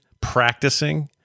practicing